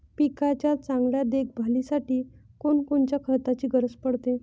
पिकाच्या चांगल्या देखभालीसाठी कोनकोनच्या खताची गरज पडते?